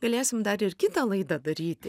galėsim dar ir kitą laidą daryti